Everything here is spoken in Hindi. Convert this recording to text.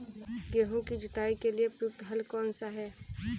गेहूँ की जुताई के लिए प्रयुक्त हल कौनसा है?